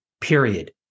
period